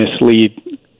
mislead